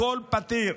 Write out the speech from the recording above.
הכול פתיר.